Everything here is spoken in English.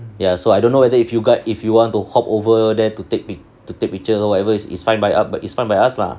ya so I don't know whether if you if you want to hop over there to take pic~ to take picture or whatever it's is fine by it's by us lah